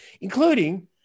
including